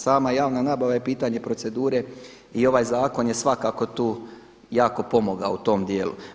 Sama javna nabava je pitanje procedure i ovaj zakon je svakako tu jako pomogao u tom dijelu.